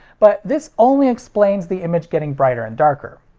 but this only explains the image getting brighter and darker.